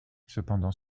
cependant